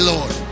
Lord